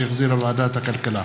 שהחזירה ועדת הכלכלה.